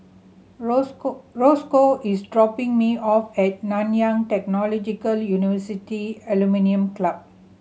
Rosco Rosco is dropping me off at Nanyang Technological University Alumni Club